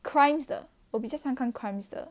crimes 的我比较喜欢看 crimes 的